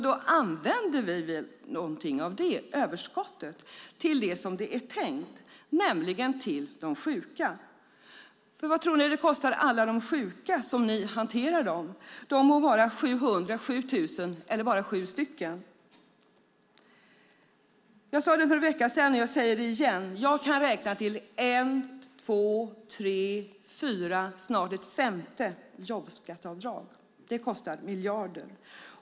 Då använder vi väl någonting av det överskottet till det som det är tänkt, nämligen till de sjuka. För vad tror ni detta kostar alla de sjuka, som ni hanterar dem? De må vara 700, 7 000 eller bara 7 stycken. Jag sade det för en vecka sedan, och jag säger det igen. Jag kan räkna till ett, två, tre, fyra - snart blir det ett femte - jobbskatteavdrag. Det kostar miljarder.